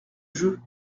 jeu